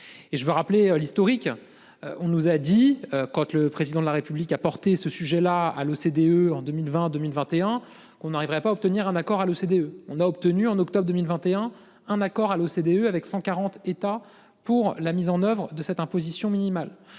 je veux rappeler l'historique. On nous a dit couac, le président de la République a porter ce sujet là, allô. D E en 2022 1021 qu'on n'arriverait pas à obtenir un accord à l'OCDE on a obtenu en octobre 2021, un accord à l'OCDE, avec 140 États pour la mise en oeuvre de cette imposition minimale.